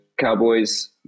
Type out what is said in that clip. Cowboys